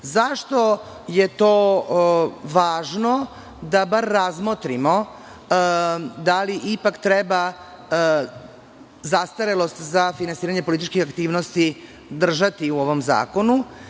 je to važno da bar razmotrimo da li ipak treba zastarelost za finansiranje političkih aktivnosti držati u ovom zakonu?